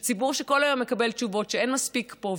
ציבור שכל היום מקבל תשובות שאין מספיק פה,